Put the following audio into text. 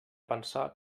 pensar